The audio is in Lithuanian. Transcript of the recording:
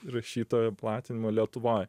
rašytojo platinimo lietuvoj